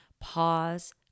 pause